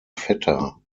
vetter